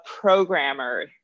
programmer